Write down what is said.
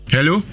Hello